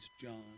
John